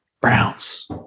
Browns